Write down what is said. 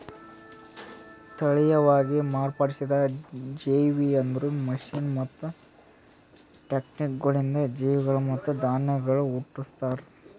ತಳಿಯವಾಗಿ ಮಾರ್ಪಡಿಸಿದ ಜೇವಿ ಅಂದುರ್ ಮಷೀನ್ ಮತ್ತ ಟೆಕ್ನಿಕಗೊಳಿಂದ್ ಜೀವಿಗೊಳ್ ಮತ್ತ ಧಾನ್ಯಗೊಳ್ ಹುಟ್ಟುಸ್ತಾರ್